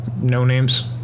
no-names